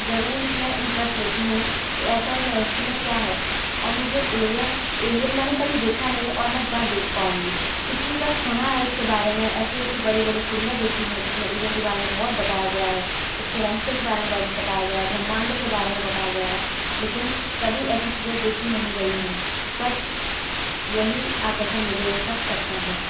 जरूर उसमें इंटरेस्ट लेती हूँ कि रहस्यमय क्या है और मुझे एलियन एलियन मैंने कभी देखा नहीं है और मैं दा देख पाऊंगी क्योंकि बस सुना है उसके बारे में ऐसी ऐसी बड़ी बड़ी फिल्में देखी हैं जिसमें एलियन के बारे में बहुत बताया गया है उसके रहस्यों के बारे में बताया गया है ब्रह्मांडों के बारे में बताया गया है लेकिन कभी ऐसी चीजें देखी नहीं गई हैं बस यही आकर्षण मुझे सब करता है